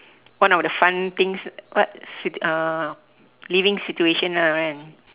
one of the fun things what sit~ uh living situation ah kan